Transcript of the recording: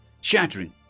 shattering